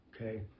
Okay